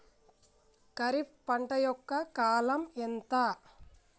ఖరీఫ్ పంట యొక్క కాలం ఎంత?